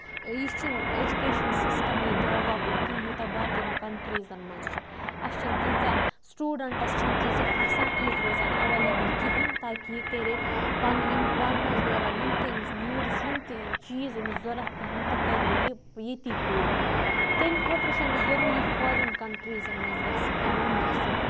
یہِ چھُ نہٕ اٮ۪جوکیشَن سِسٹم ییٚتہِ ڈیولَپٕڈ کینٛہہ یوٗتاہ باقین کَنٹریٖزَن منٛز چھُ اَسہِ چھنہٕ تیٖژاہ سٹوٗڈَنٹَس چھنہٕ تیٖژاہ فیسَلٹیٖز روزان ایویلیبٕل کِہیٖنۍ تاکہِ یہِ کرے پَنٕنۍ یِم پَرنَس دوران یِم تہِ أمِس نیٖڈٕس یِم تہِ چیٖز أمِس ضوٚرتھ پیٚہن تہِ کرِہے یہِ ییٚتی پوٗرٕ تَمہِ خٲطرٕ چھُ أمِس ضروٗری پھارِن کَنٹریٖزَن منٛز گژھ پیوان گژھُن